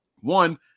one